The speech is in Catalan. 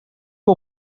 que